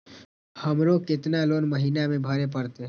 हमरो केतना लोन महीना में भरे परतें?